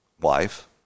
wife